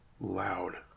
loud